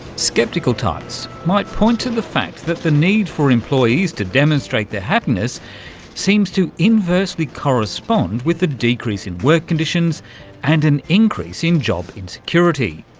sceptical types might point to the fact that the need for employees to demonstrate their happiness seems to inversely correspond with a decrease in work conditions and an increase in job insecurity.